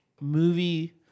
movie